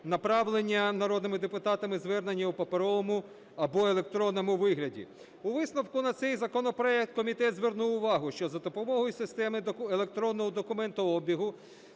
направлення народними депутатами звернень у паперовому або електронному вигляді. У висновку на цей законопроект комітет звернув увагу, що за допомогою системи електронного документообігу,